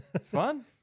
Fun